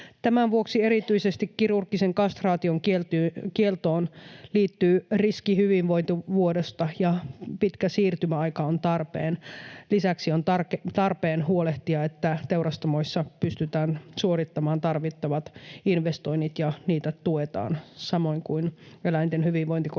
Tämän vuoksi erityisesti kirurgisen kastraation kieltoon liittyy riski hyvinvointivuodosta ja pitkä siirtymäaika on tarpeen. Lisäksi on tarpeen huolehtia, että teurastamoissa pystytään suorittamaan tarvittavat investoinnit ja niitä tuetaan, samoin kuin eläinten hyvinvointikorvauksella